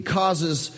causes